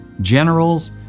generals